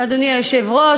אדוני היושב-ראש,